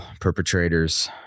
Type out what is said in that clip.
perpetrators